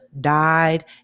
died